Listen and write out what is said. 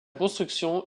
construction